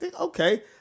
okay